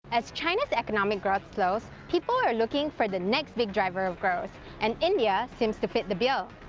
as china's economic growth slows, people are looking for the next big driver of growth. and india seems to fit the bill.